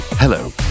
Hello